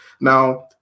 Now